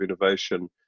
innovation